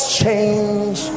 change